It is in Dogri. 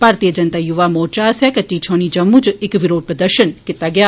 भारतीय जनता युवा मोर्चा आस्सेआ कच्ची छावनी जम्मू च इक विरोध प्रदर्शन कीता गेआ